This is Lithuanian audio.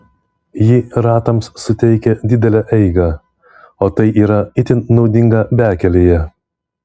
ji ratams suteikia didelę eigą o tai yra itin naudinga bekelėje